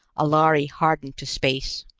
a lhari hardened to space.